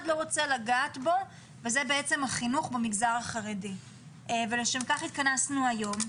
לא רוצה לגעת בו וזה בעצם החינוך במגזר החרדי ולשם כך התכנסנו היום.